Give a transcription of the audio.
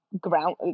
ground